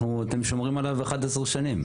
אתם שומרים עליו 11 שנים.